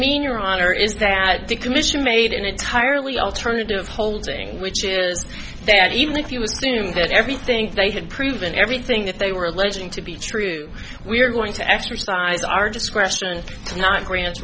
mean your honor is that the commission made an entirely alternative holding which is that even if you assume that everything they had proven everything that they were alleging to be true we are going to exercise our discretion not fran